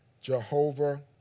Jehovah